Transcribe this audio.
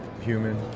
human